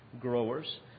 growers